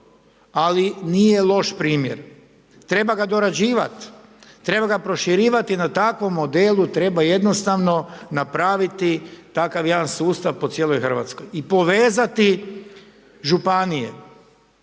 ali nije loš primjer, treba ga dorađivati, treba ga proširivati na takvom modelu, treba jednostavno napraviti, takav jedan sustav po cijeloj Hrvatskoj i povezati županije.